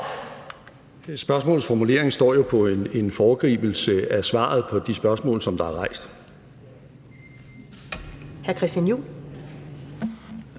Spørgsmålets formulering står jo på en foregribelse af svaret på de spørgsmål, som der er rejst.